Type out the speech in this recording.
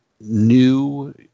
new